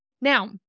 Now